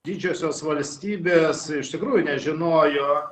didžiosios valstybės iš tikrųjų nežinojo